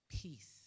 peace